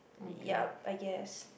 yeap I guess